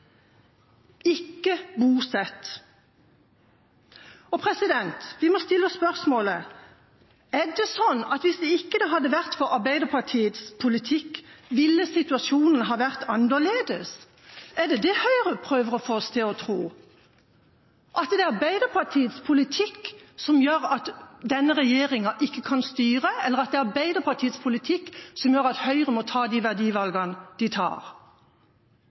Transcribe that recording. Ikke bosett. Vi må stille spørsmålet: Er det sånn at hvis det ikke hadde vært for Arbeiderpartiets politikk, ville situasjonen ha vært annerledes? Er det det Høyre prøver å få oss til å tro, at det er Arbeiderpartiets politikk som gjør at denne regjeringa ikke kan styre, eller at det er Arbeiderpartiets politikk som gjør at Høyre må ta de verdivalgene de tar?